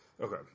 Okay